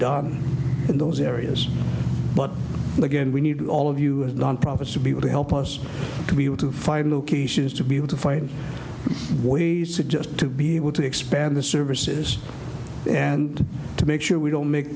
dark in those areas but again we need all of us nonprofits to be able to help us to be able to find locations to be able to find ways to just to be able to expand the services and to make sure we don't make